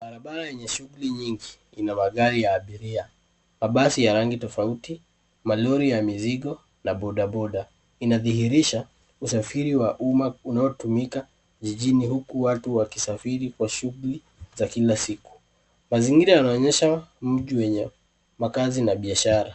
Barabara yenye shughuli nyingi ina magari ya abiria , mabasi ya rangi tofauti, malori ya mizigo na bodaboda. Inadhihirisha usafiri wa umma unaotumika jijini huku watu wakisafiri kwa shughuli za kila siku. Mazingira yanaonyesha mji wenye makazi na biashara.